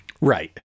Right